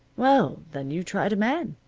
well, then you tried a man.